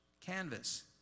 canvas